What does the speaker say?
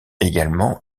également